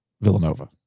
Villanova